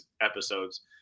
episodes